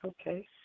Okay